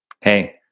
Hey